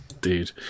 dude